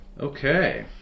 Okay